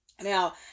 Now